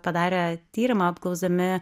padarė tyrimą apklausdami